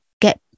get